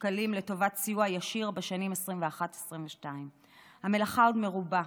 שקלים לטובת סיוע ישיר בשנים 2022-2021. המלאכה עוד מרובה.